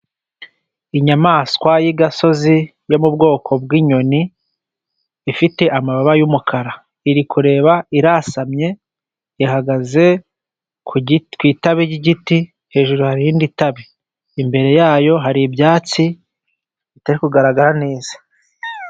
Inyamaswa y' igasozi yo mu bwoko bw'inyoni, ifite amababa y'umukara, iri kureba irasamye. Ihagaze ku itabi ry'igiti hejuru hari irindi tabi, imbere yayo hari ibyatsi bitari kugaragara neza.